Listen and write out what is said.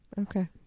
Okay